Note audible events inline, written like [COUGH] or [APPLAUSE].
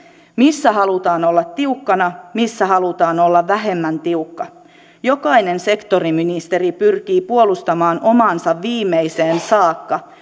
missä halutaan olla tiukkana missä halutaan olla vähemmän tiukka jokainen sektoriministeri pyrkii puolustamaan omaansa viimeiseen saakka [UNINTELLIGIBLE]